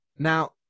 Now